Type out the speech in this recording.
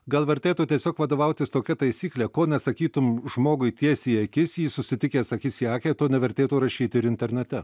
gal vertėtų tiesiog vadovautis tokia taisykle ko nesakytum žmogui tiesiai į akis jį susitikęs akis į akį to nevertėtų rašyt ir internete